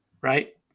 Right